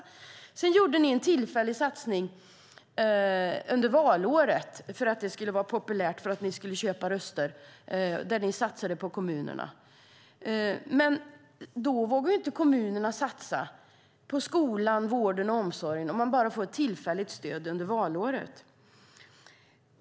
Under valåret gjorde ni en tillfällig satsning för att det skulle bli populärt och ni skulle köpa röster. Där satsade ni på kommunerna. Men om de bara får ett tillfälligt stöd under valåret vågar kommunerna inte satsa på skolan, vården och omsorgen.